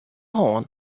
hân